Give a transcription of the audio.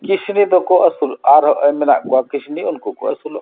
ᱠᱤᱥᱱᱤ ᱫᱚᱠᱚ ᱟᱹᱥᱩᱞᱚᱜ ᱟᱨᱦᱚᱸ ᱮᱢ ᱢᱮᱱᱟᱜ ᱠᱚᱣᱟ ᱠᱤᱥᱱᱤ ᱩᱱᱠᱩ ᱠᱚ ᱟᱹᱥᱩᱞᱚᱜ ᱠᱟᱱᱟ